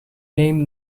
name